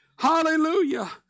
Hallelujah